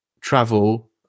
travel –